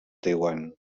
taiwan